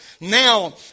Now